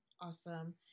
Awesome